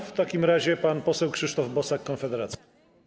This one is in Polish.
W takim razie pan poseł Krzysztof Bosak, Konfederacja.